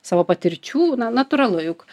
savo patirčių na natūralu juk